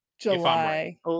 July